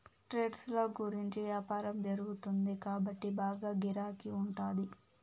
trades ల గుండా యాపారం జరుగుతుంది కాబట్టి బాగా గిరాకీ ఉంటాది